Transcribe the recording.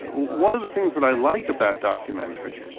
one of the things that i like about documentary,